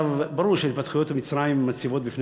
ברור שההתפתחויות במצרים מציבות בפני